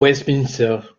westminster